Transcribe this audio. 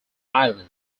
island